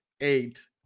eight